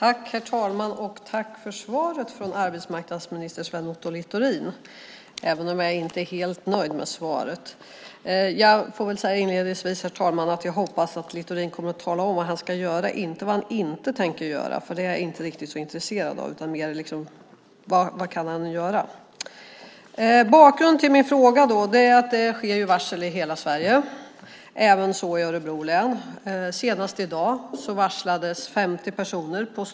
Herr talman! Jag tackar arbetsmarknadsminister Sven Otto Littorin för svaret, även om jag inte är helt nöjd med det. Herr talman! Inledningsvis får jag säga att jag hoppas att Littorin kommer att tala om vad han ska göra, inte vad han inte tänker göra, för det är jag inte så intresserad av. Vad kan han göra? Bakgrunden till min fråga är att det läggs varsel i hela Sverige, även i Örebro län. Senast i dag varslades 50 personer på Stoneridge.